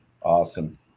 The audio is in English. Awesome